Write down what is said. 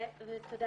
תודה